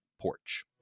Porch